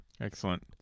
excellent